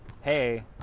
hey